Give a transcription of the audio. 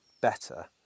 better